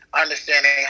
understanding